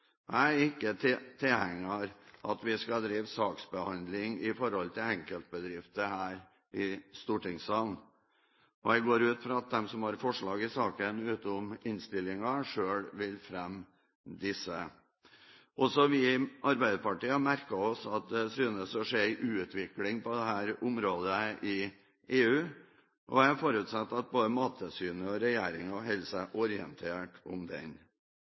Jeg er ikke tilhenger av at vi skal drive saksbehandling i forhold til enkeltbedrifter her i stortingssalen. Jeg går ut fra at de som har forslag i saken utenom innstillingen, selv vil fremme disse. Også vi i Arbeiderpartiet har merket oss at det synes å skje en utvikling på dette området i EU, og jeg forutsetter at både Mattilsynet og regjeringen holder seg orientert om